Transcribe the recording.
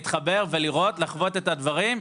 להתחבר ולראות, לחוות את הדברים.